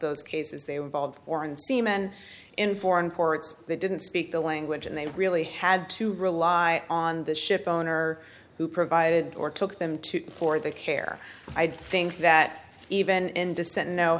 those cases they were bald or in semen in foreign courts they didn't speak the language and they really had to rely on the ship owner who provided or took them to pour the care i think that even